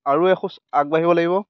আৰু এখুজ আগবাঢ়িব লাগিব